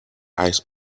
ice